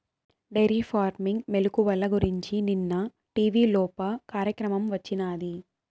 dairy farming మెలుకువల గురించి నిన్న టీవీలోప కార్యక్రమం వచ్చినాది